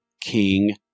King